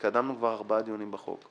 התקדמנו כבר ארבעה דיונים בחוק.